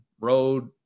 road